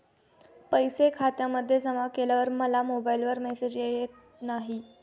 पैसे खात्यामध्ये जमा केल्यावर मला मोबाइलवर मेसेज येत नाही?